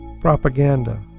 propaganda